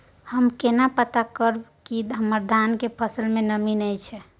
हम केना पता करब की हमर धान के फसल में नमी नय छै?